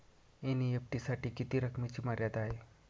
NEFT साठी किती रकमेची मर्यादा आहे?